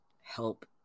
help